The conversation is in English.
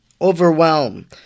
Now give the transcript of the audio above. overwhelm